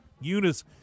Eunice